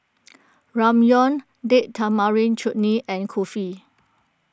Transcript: Ramyeon Date Tamarind Chutney and Kulfi